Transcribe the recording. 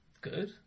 good